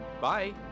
Bye